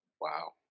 Wow